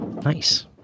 Nice